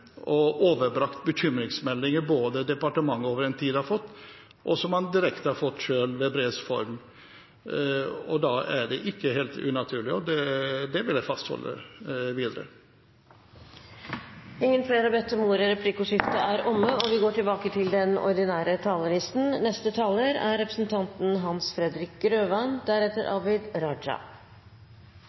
og overbrakt bekymringsmeldinger, både dem som departementet over en tid har fått, og dem som han selv har fått direkte, i brevs form. Og da er det ikke helt unaturlig. Det vil jeg fastholde videre. Replikkordskiftet er omme. Saken ble reist i kontroll- og konstitusjonskomiteen med bakgrunn i den debatt som oppsto rundt spørsmålet om hvordan eierstyringen hadde foregått i tilknytning til